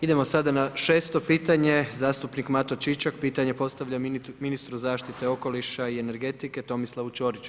Idemo sada na 6. pitanje zastupnik Mato Čičak, pitanje postavlja ministru zaštite okoliša i energetike Tomislavu Ćoriću.